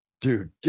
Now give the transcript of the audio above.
Dude